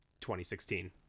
2016